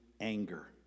anger